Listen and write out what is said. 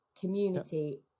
community